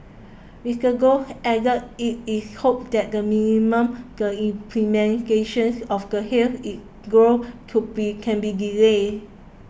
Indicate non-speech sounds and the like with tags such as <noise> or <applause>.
Mister Goh <unintelligible> added it is hoped that the minimum the implementations of the halt in growth could be can be delayed